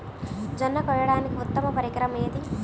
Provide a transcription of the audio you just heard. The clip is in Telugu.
జొన్న కోయడానికి ఉత్తమ పరికరం ఏది?